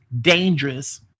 dangerous